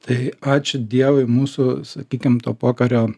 tai ačiū dievui mūsų sakykim to pokario